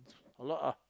a lot ah